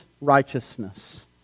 righteousness